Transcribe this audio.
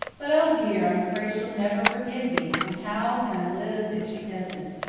but, o dear, i'm afraid she'll never forgive me, and how can i live if she doesn't?